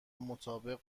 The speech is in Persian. مطابق